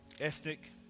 ethnic